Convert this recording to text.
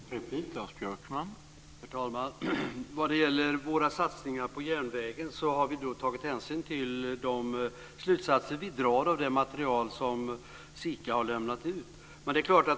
Herr talman! Vad gäller våra satsningar på järnvägen har vi tagit hänsyn till de slutsatser vi drar av det material som SIKA har lämnat ut.